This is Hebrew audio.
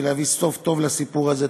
ולהביא סוף טוב לסיפור הזה.